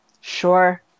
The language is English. Sure